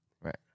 Right